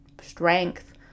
strength